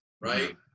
right